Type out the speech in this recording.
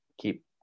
keep